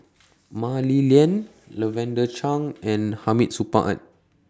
Mah Li Lian Lavender Chang and Hamid Supaat